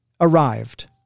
arrived